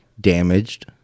damaged